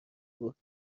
بود